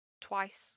twice